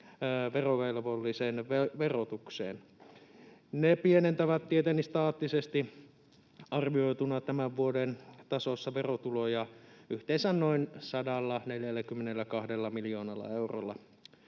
verovelvollisen verotukseen. Ne pienentävät tietenkin staattisesti arvioituna tämän vuoden tasossa verotuloja yhteensä noin 142 miljoonalla eurolla.